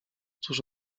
cóż